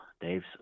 Dave's